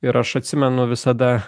ir aš atsimenu visada